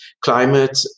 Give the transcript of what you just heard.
climate